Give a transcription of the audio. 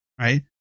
right